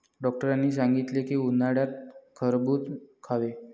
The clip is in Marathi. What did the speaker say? डॉक्टरांनी सांगितले की, उन्हाळ्यात खरबूज खावे